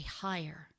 higher